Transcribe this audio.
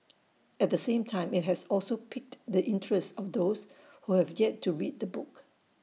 at the same time IT has also piqued the interest of those who have yet to read the book